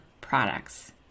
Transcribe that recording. products